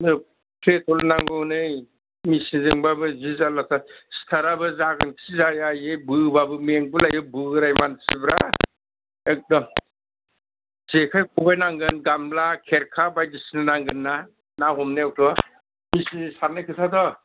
औ पेट्रल नांगौ नै मेसिनजोंबाबो जि जारलाथार स्टाराबो जागोनखि जाया आयै बोबाबो मेंगुलाइयो बोराय मानसिब्रा एकदम जेखाय खबाय नांगोन गामला खेरखा बायदिसिना नांगोन ना ना हमनायावथ' मेसिनजों सारनाय खोथाथ'